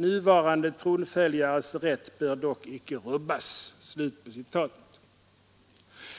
Nuvarande tronföljares rätt bör dock icke rubbas.”